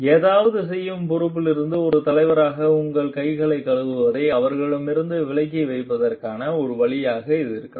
ஏதாவது செய்யும் பொறுப்பிலிருந்து ஒரு தலைவராக உங்கள் கைகளை கழுவுவதை அவர்களிடமிருந்து விலக்கி வைப்பதற்கான ஒரு வழியாக இது இருக்கலாம்